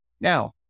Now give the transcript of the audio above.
Now